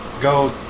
go